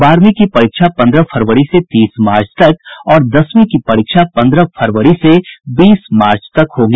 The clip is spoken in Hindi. बारहवीं की परीक्षा पन्द्रह फरवरी से तीस मार्च तक और दसवीं की परीक्षा पन्द्रह फरवरी से बीस मार्च तक होगी